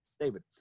David